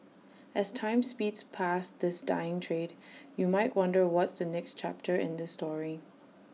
as time speeds past this dying trade you might wonder what's the next chapter in this story